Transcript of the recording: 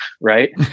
right